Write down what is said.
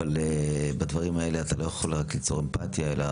אבל בדברים האלה אתה לא יכול רק ליצור אמפתיה אלא